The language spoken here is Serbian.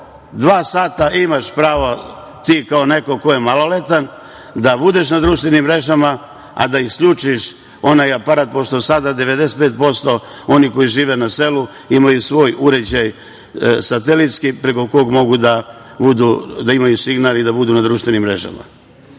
dva sata imaš pravo ti kao neko ko je maloletan da budeš na društvenim mrežama, a da isključiš onaj aparata, pošto sada 95% onih koji žive na selu imaju svoj uređaj satelitski preko koga mogu da imaju signal i da budu na društvenim mrežama.